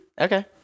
Okay